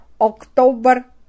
October